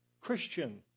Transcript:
Christian